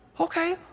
okay